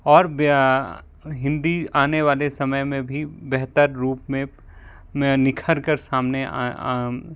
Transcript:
और हिंदी आने वाले समय में भी बेहतर रूप में में निखर कर सामने